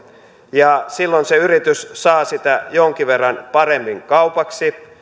ja silloin se yritys saa sitä jonkin verran paremmin kaupaksi